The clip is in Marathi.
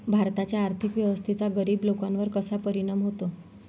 भारताच्या आर्थिक व्यवस्थेचा गरीब लोकांवर कसा परिणाम होतो?